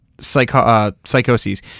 Psychoses